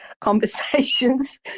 conversations